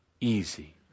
easy